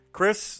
Chris